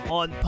on